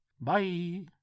Bye